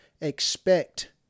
expect